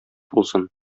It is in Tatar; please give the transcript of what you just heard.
булсын